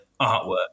artwork